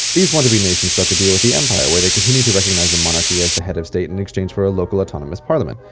these want-to-be nations struck a deal with the empire where they continued to recognize the monarchy as the head of state, in exchange for a local, autonomous parliament.